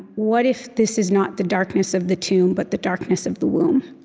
what if this is not the darkness of the tomb but the darkness of the womb,